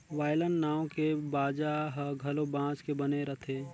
violin नांव के बाजा ह घलो बांस के बने रथे